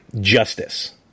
justice